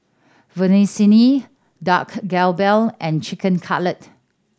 Vermicelli Dak Galbi and Chicken Cutlet